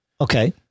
Okay